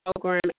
program